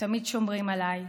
שתמיד שומרים עליי,